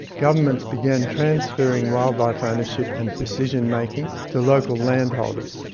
governments began transferring wildlife ah ownership and decision-making to local landholders.